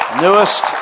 newest